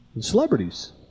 Celebrities